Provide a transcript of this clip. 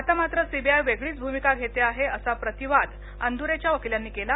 आता मात्र सीबीआय वेगळीच भुमिका घेते आहे असा प्रतिवाद अंदुरेच्या वकिलांनी केला